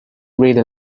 really